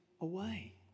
away